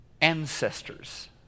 ancestors